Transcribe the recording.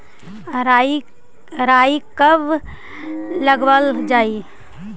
राई कब लगावल जाई?